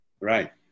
Right